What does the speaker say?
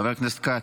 חבר הכנסת כץ.